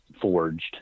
forged